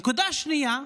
נקודה שנייה: